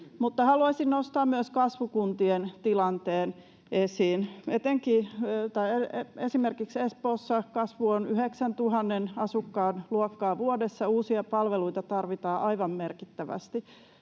haluaisin nostaa esiin myös kasvukuntien tilanteen. Esimerkiksi Espoossa kasvu on 9 000 asukkaan luokkaa vuodessa, uusia palveluita tarvitaan aivan merkittävästi.